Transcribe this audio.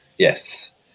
Yes